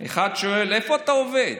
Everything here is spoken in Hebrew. אחד שואל: איפה אתה עובד?